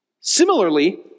Similarly